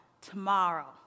tomorrow